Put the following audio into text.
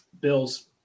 bills